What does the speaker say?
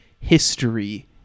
history